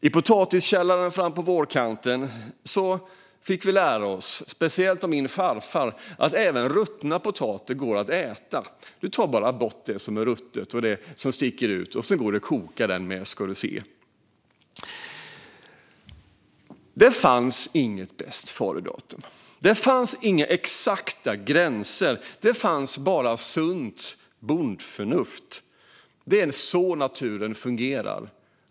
I potatiskällaren frampå vårkanten fick vi lära oss, speciellt av min farfar, att även ruttna potatisar går att äta. Man tar bara bort det som är ruttet och det som sticker ut. Sedan går de att koka. Det fanns inget bästföredatum. Det fanns inga exakta gränser. Det fanns bara sunt bondförnuft. Det är så naturen fungerar.